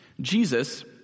Jesus